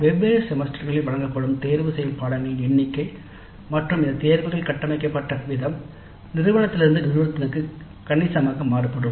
வெவ்வேறு செமஸ்டர்களில் வழங்கப்படும் தேர்ந்தெடுக்கப்பட்ட பாடநெறிகளின் எண்ணிக்கை மற்றும் இந்த தேர்வுகள் கட்டமைக்கப்பட்ட விதம் நிறுவனத்திலிருந்து நிறுவனத்திற்கு கணிசமாக மாறுபடும்